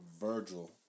Virgil